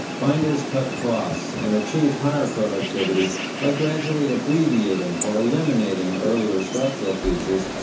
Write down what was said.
binders cut costs and achieved higher productivity by gradually abbreviating or eliminating earlier structural features,